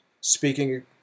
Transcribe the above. speaking